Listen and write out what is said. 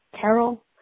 Carol